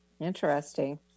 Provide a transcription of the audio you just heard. Interesting